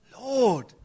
Lord